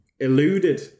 Eluded